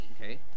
Okay